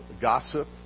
gossip